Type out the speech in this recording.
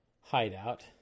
hideout